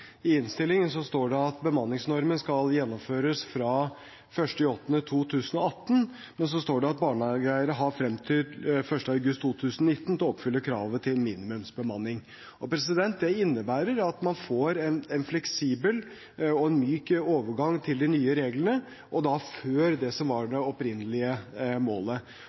står det at bemanningsnormen skal gjennomføres fra 1. august 2018, men så står det at «barnehageeiere har frem til 1. august 2019 til å oppfylle kravet til minimumsbemanning». Det innebærer at man får en fleksibel og myk overgang til de nye reglene – utover det som var det opprinnelige målet.